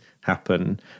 happen